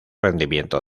rendimiento